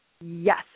yes